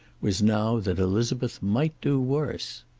was now that elizabeth might do worse.